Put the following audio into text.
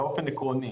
באופן עקרוני.